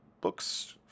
books